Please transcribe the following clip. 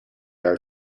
are